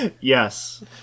yes